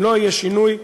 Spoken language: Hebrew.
אם לא יהיה שינוי,